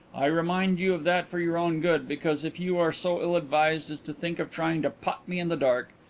i remind you of that for your own good, because if you are so ill-advised as to think of trying to pot me in the dark,